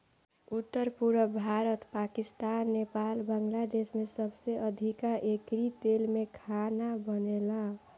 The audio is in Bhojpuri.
उत्तर, पुरब भारत, पाकिस्तान, नेपाल, बांग्लादेश में सबसे अधिका एकरी तेल में खाना बनेला